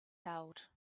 held